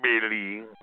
Billy